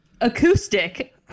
Acoustic